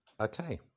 Okay